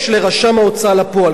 יש לרשם ההוצאה לפועל,